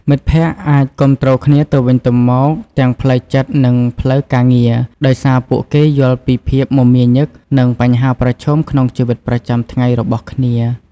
មិត្តភក្តិអាចគាំទ្រគ្នាទៅវិញទៅមកទាំងផ្លូវចិត្ត និងផ្លូវការងារ ដោយសារពួកគេយល់ពីភាពមមាញឹក និងបញ្ហាប្រឈមក្នុងជីវិតប្រចាំថ្ងៃរបស់គ្នា។